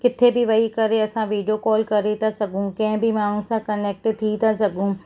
किथे बि वेही करे असां वीडिओ कॉल करे था सघूं कंहिं बि माण्हू सां कनेक्ट थी था सघूं